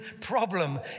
problem